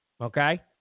okay